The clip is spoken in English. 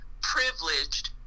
privileged